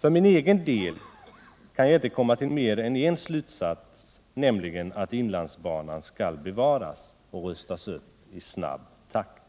För min egen del kan jag inte komma till mer än en slutsats, nämligen den att inlandsbanan skall bevaras och rustas upp i snabb takt.